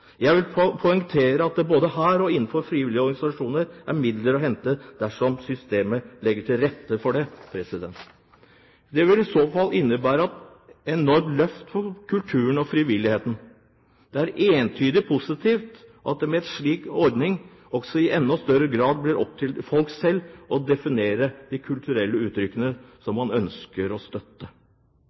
Jeg vil poengtere at det både her og innenfor frivillige organisasjoner er midler å hente dersom systemet legger til rette for det. Det vil i så fall innebære et enormt løft for kulturen og frivilligheten. Det er entydig positivt at det med en slik ordning i enda større grad blir opp til folk selv å definere de kulturelle uttrykkene som man ønsker å støtte.